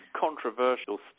controversial